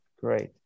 Great